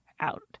out